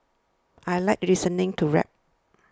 I like listening to rap